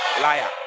Liar